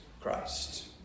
Christ